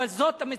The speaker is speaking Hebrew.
אבל זאת המציאות.